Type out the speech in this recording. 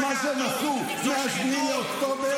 מהמועצות האזוריות,